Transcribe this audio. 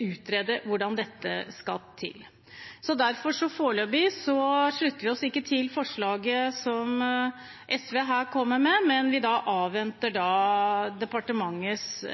utrede dette mer. Derfor slutter vi oss foreløpig ikke til forslaget som SV kommer med her, men avventer departementets